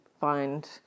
find